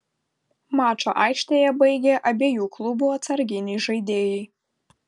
mačą aikštėje baigė abiejų klubų atsarginiai žaidėjai